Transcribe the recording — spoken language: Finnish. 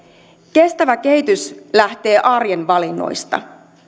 kestävä kehitys lähtee arjen valinnoista